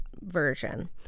version